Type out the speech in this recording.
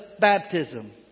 baptism